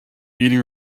eating